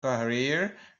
career